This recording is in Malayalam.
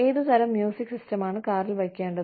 ഏതുതരം മ്യൂസിക് സിസ്റ്റമാണ് കാറിൽ വയ്ക്കേണ്ടത്